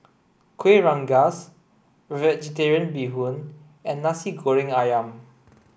Kuih Rengas vegetarian bee hoon and Nasi Goreng Ayam